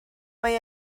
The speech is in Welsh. mae